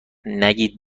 نگید